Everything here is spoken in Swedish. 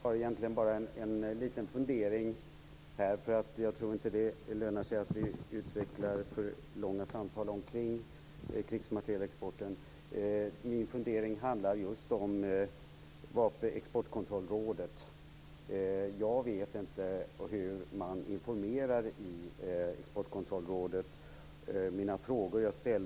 Fru talman! Jag har bara en liten fundering. Den handlar om Exportkontrollrådet. Jag vet inte vad Exportkontrollrådet fick för information.